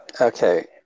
Okay